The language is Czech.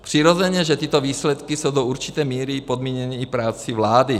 Přirozeně, že tyto výsledky jsou do určité míry podmíněny i prací vlády.